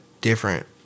different